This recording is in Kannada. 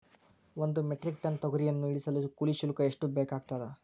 ಒಂದು ಮೆಟ್ರಿಕ್ ಟನ್ ತೊಗರಿಯನ್ನು ಇಳಿಸಲು ಕೂಲಿ ಶುಲ್ಕ ಎಷ್ಟು ಬೇಕಾಗತದಾ?